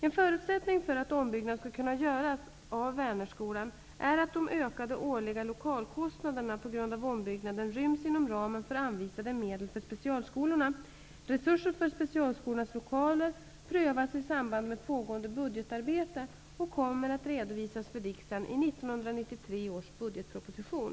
En förutsättning för att ombyggnad av Vänerskolan skall kunna göras är att de ökade årliga lokalkostnaderna på grund av ombyggnaden ryms inom ramen för anvisade medel för specialskolorna. Resurser för specialskolornas lokaler prövas i samband med pågående budgetarbete och kommer att redovisas för riksdagen i 1993 års budgetproposition.